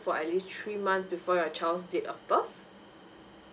for atleast three months before your child's date of birth